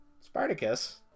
Spartacus